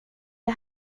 det